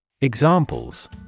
Examples